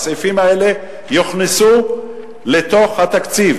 הסעיפים האלה יוכנסו לתוך התקציב